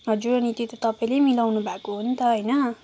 हजुर यति त तपाईँले मिलाउनु भएको हो नि त होइन